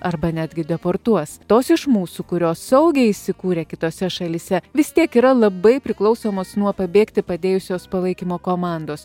arba netgi deportuos tos iš mūsų kurios saugiai įsikūrė kitose šalyse vis tiek yra labai priklausomos nuo pabėgti padėjusios palaikymo komandos